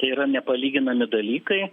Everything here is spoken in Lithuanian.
yra nepalyginami dalykai